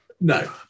No